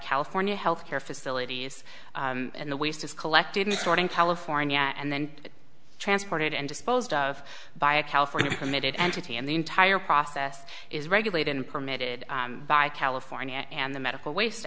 california health care facilities and the waste is collected and stored in california and then transported and disposed of by a california committed entity and the entire process is regulated and permitted by california and the medical waste